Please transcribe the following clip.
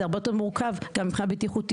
זה הרבה יותר מורכב גם מבחינה בטיחותית.